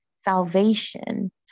salvation